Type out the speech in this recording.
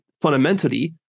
fundamentally